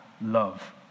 love